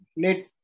Late